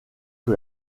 que